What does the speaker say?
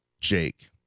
Jake